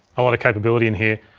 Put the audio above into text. a lot of capability in here.